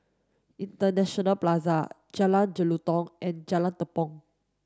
International Plaza Jalan Jelutong and Jalan Tepong